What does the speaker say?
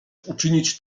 uczynić